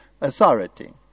authority